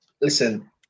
listen